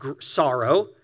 sorrow